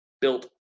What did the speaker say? Built